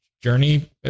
journey